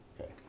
Okay